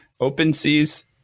OpenSea's